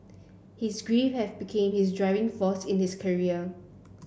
his grief had become his driving force in his career